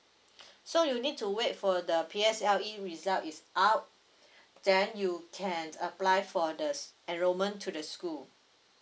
so you need to wait for the P S L E result is out then you can apply for the enrollment to the school